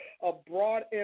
abroad